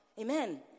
Amen